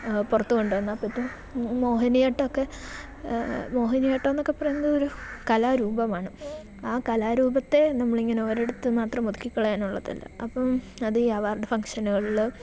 പുറത്ത് കൊണ്ടെന്നാൽ പറ്റും മോഹിനിയാട്ടമൊക്കെ മോഹിനിയാട്ടമെന്നൊക്കെ പറയുന്നതൊരു കലാരൂപമാണ് ആ കലാരൂപത്തെ നമ്മളിങ്ങനെ ഒരിടത്തു മാത്രം ഒതുക്കിക്കളയാനുള്ളതല്ല അപ്പം അതീ അവാർഡ് ഫങ്ഷനുകളിൽ